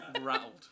Rattled